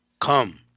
Come